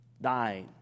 died